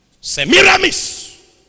Semiramis